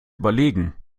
überlegen